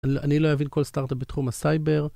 אני לא אבין כל סטארט-אפ בתחום הסייבר.